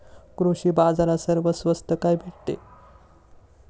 कृषी बाजारात सर्वात स्वस्त काय भेटते?